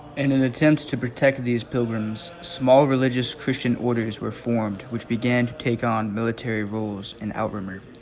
in an attempt to protect these pilgrims small religious christian orders were formed which began to take on military roles in outremer.